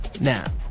now